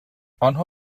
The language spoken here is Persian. آنها